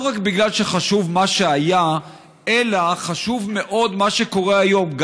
לא רק בגלל שחשוב מה שהיה אלא חשוב מאוד מה שקורה היום.